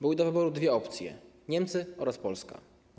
Były do wyboru dwie opcje: Niemcy lub Polska.